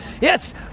yes